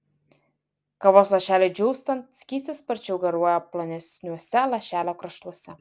kavos lašeliui džiūstant skystis sparčiau garuoja plonesniuose lašelio kraštuose